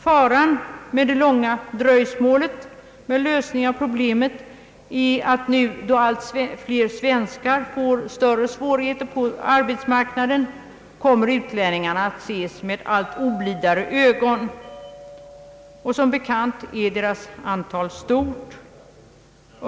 Faran med det långa dröjsmålet med lösning av problemet är att nu, då allt fler svenskar får större svårigheter på arbetsmarknaden, kommer utlänningarna att ses med allt oblidare ögon. Som bekant är utlänningarnas antal i vårt land stort.